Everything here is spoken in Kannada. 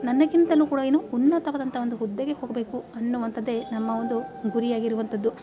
ನನಗಿಂತಲೂ ಕೂಡ ಏನು ಉನ್ನತವಾದಂಥ ಒಂದು ಹುದ್ದೆಗೆ ಹೋಗಬೇಕು ಅನ್ನುವಂಥದ್ದೇ ನಮ್ಮ ಒಂದು ಗುರಿ ಆಗಿರುವಂಥದ್ದು